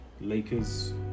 Lakers